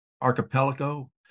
Archipelago